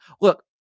look